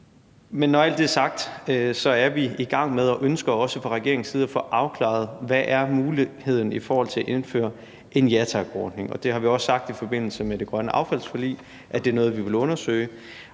Men når alt det er sagt, er vi i gang med og ønsker også fra regeringens side at få afklaret, hvad muligheden er i forhold til at indføre en ja tak-ordning, og vi har også sagt i forbindelse med det grønne affalds-forlig, at det er noget, vi vil undersøge,